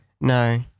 No